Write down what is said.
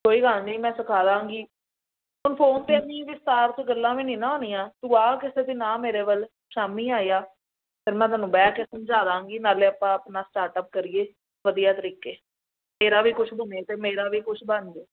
ਕੋਈ ਗੱਲ ਨਹੀਂ ਮੈਂ ਸਿਖਾ ਦੇਵਾਂਗੀ ਹੁਣ ਫੋਨ 'ਤੇ ਨਹੀਂ ਵਿਸਤਾਰ 'ਚ ਗੱਲਾਂ ਵੀ ਨਹੀਂ ਨਾ ਹੋਣੀਆਂ ਤੂੰ ਆ ਕਿਸੇ ਦਿਨ ਆ ਮੇਰੇ ਵੱਲ ਸ਼ਾਮੀ ਆ ਜਾ ਫਿਰ ਮੈਂ ਤੈਨੂੰ ਬਹਿ ਕੇ ਸਮਝਾ ਦੇਵਾਂਗੀ ਨਾਲੇ ਆਪਾਂ ਆਪਣਾ ਸਟਾਰਟਅਪ ਕਰੀਏ ਵਧੀਆ ਤਰੀਕੇ ਤੇਰਾ ਵੀ ਕੁਛ ਬਣੇ ਅਤੇ ਮੇਰਾ ਵੀ ਕੁਛ ਬਣ ਜਾਵੇ